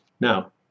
Now